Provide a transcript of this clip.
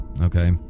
Okay